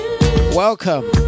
welcome